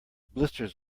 blisters